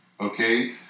okay